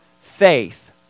faith